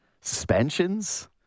suspensions